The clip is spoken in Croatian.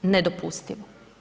Nedopustivo.